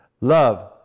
Love